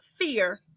fear